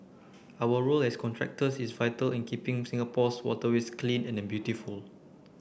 our role as contractors is vital in keeping Singapore's waterways clean and beautiful